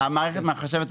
המערכת מחשבת,